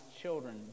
children